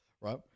right